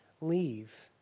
leave